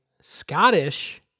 Scottish